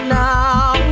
now